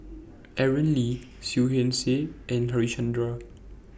Aaron Lee Seah Liang Seah and Harichandra